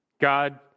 God